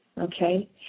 Okay